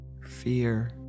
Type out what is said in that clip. fear